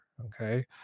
okay